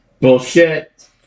Bullshit